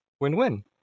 win-win